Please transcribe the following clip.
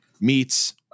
meets